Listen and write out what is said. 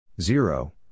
Zero